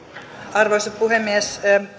arvoisa puhemies